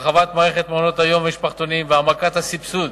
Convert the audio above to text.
הרחבת מערכת מעונות-היום והמשפחתונים והעמקת הסבסוד